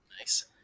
Nice